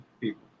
people